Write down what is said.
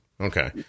Okay